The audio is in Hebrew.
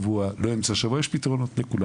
עם ביטוח לאומי ופורום חברות קדישא מוקד שרץ מאוד טוב.